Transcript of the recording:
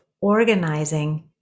organizing